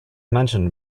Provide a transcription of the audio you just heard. mentioned